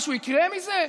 משהו יקרה מזה?